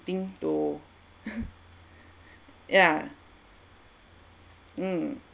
think to yeah mm